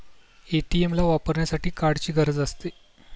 ATM ला वापरण्यासाठी कार्डची गरज असते